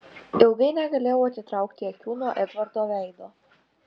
ilgai negalėjau atitraukti akių nuo edvardo veido